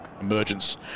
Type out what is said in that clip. emergence